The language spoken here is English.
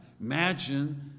Imagine